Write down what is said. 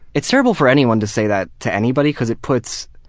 it's terrible for anyone to say that to anybody, because it puts